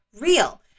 real